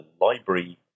library